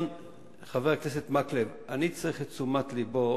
חבר הכנסת מקלב, אני צריך את תשומת לבו